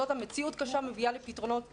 מציאות קשה מביאה לפתרונות קשים.